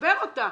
תתגבר אותה.